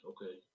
Okay